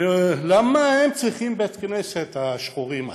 למה הם צריכים בית-כנסת, השחורים האלה?